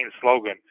slogan